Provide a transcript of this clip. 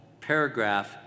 paragraph